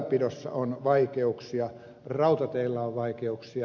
väylänpidossa on vaikeuksia rautateillä on vaikeuksia